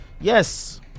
yes